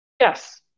Yes